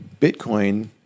Bitcoin